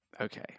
okay